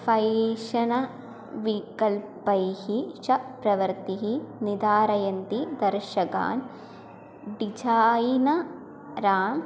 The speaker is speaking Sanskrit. फ़ैशन विकल्पैः च प्रवृत्तिं निर्धारयन्ति दर्शकान् डिझायिनरां